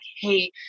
Hey